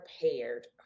prepared